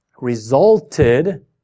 resulted